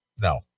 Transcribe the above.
No